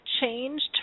changed